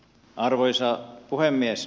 arvoisa puhemies